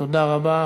תודה רבה.